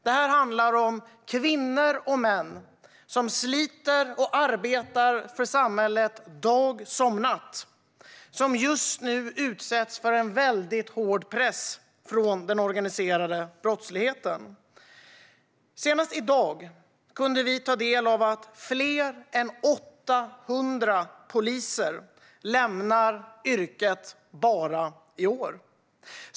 Det här handlar om kvinnor och män som sliter och arbetar för samhället, dag som natt, och som just nu utsätts för en mycket hård press från den organiserade brottsligheten. Senast i dag kunde vi ta del av att fler än 800 poliser lämnar yrket bara i år.